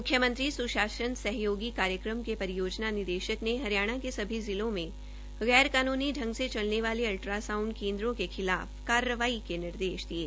मुख्यमंत्री सुशासन सहयोगी कार्यक्रम के परियोजना निदेशक ने हरियाणा के सभी जिलों में गैर कानूनी ढ़ग से चलने वाले अल्ट्रा साउंड केन्दों के खिलाफ कार्रवाई के निर्देश दिये